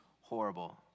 horrible